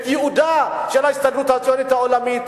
את ייעודה של ההסתדרות הציונית העולמית,